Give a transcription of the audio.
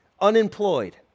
unemployed